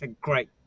Great